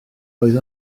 oedd